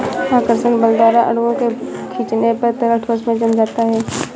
आकर्षक बल द्वारा अणुओं को खीचने पर तरल ठोस में जम जाता है